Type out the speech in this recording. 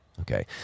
Okay